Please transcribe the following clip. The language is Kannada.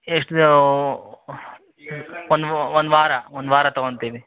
ಎಷ್ಟೂ ಒಂದು ವ ಒಂದು ವಾರ ಒಂದು ವಾರ ತಗೊಳ್ತೀವಿ